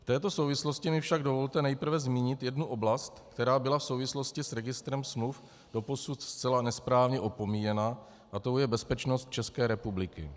V této souvislosti mi však dovolte nejprve zmínit jednu oblast, která byla v souvislosti s registrem smluv doposud zcela nesprávně opomíjená, a tou je bezpečnost České republiky.